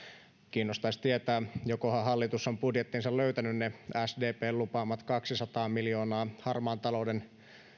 kiinnostaisi tietää jokohan hallitus on budjettiinsa löytänyt ne sdpn lupaamat kaksisataa miljoonaa jotka tulevat harmaan talouden